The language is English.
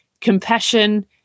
compassion